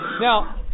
Now